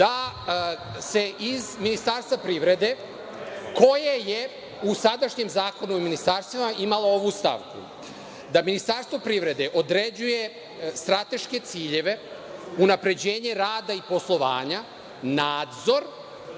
da se iz Ministarstva privrede, koje je u sadašnjem Zakonu o ministarstvima imalo ovu stavku – da Ministarstvo privrede određuje strateške ciljeve, unapređenje rada i poslovanja, nadzor